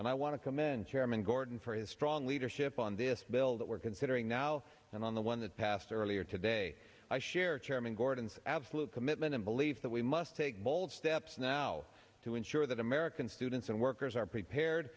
and i want to commend chairman gordon for his strong leadership on this bill that we're considering now and on the one that passed earlier today i share chairman gordon's absolute commitment and believe that we must take bold steps now to ensure that american students and workers are prepared